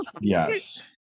Yes